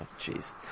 jeez